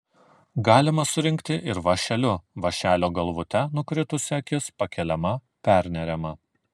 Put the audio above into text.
galima surinkti ir vąšeliu vąšelio galvute nukritusi akis pakeliama perneriama